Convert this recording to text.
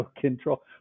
control